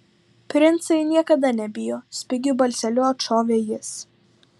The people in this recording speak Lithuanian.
princai niekada nebijo spigiu balseliu atšovė jis